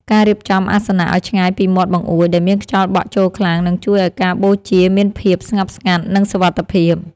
ការរៀបចំអាសនៈឱ្យឆ្ងាយពីមាត់បង្អួចដែលមានខ្យល់បក់ចូលខ្លាំងនឹងជួយឱ្យការបូជាមានភាពស្ងប់ស្ងាត់ និងសុវត្ថិភាព។